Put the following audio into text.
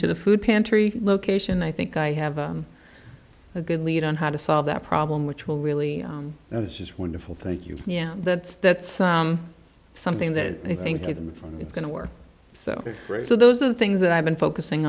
to the food pantry location i think i have a good lead on how to solve that problem which will really this is wonderful thank you yeah that's that's something that i think it's going to work so those are the things that i've been focusing